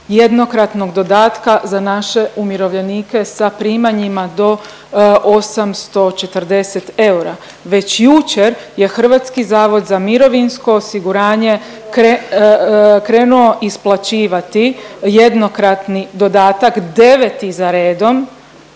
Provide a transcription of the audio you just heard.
jednokratnog dodatka za naše umirovljenike sa primanjima do 840 eura. Već jučer je HZMO krenuo isplaćivati jednokratni dodatak, 9. za redom,